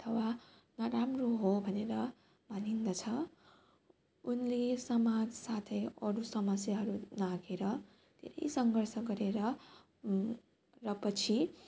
अथवा नराम्रो हो भनेर मानिन्दछ उनले समाज साथै अरू समस्याहरू राखेर यति सङ्घर्ष गरेर र पछि